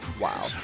wow